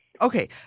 Okay